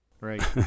Right